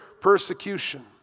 persecution